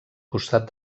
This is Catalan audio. costat